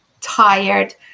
tired